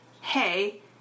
hey